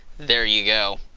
there you go.